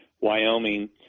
Wyoming